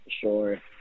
sure